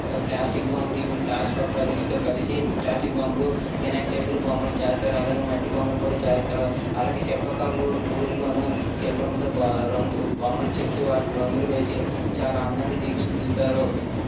plastic బొమ్మలు ఈ plaster of పారిస్తో కలిసి ప్లాస్టిక్ బొమ్మలు వినాయకచవితి బొమ్మలు చేస్తారు అలాగే మట్టి బొమ్మలు కూడా చేస్తారు అలాగే శిల్పకారులు గుడుల్లోనూ శిల్పంతో బా రంగు బొమ్మలు చెక్కీ వాటికి రంగులు వేసి చాలా అందంగా తీర్చిదిద్దుతారు